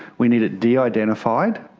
we need it de-identified,